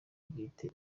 bwite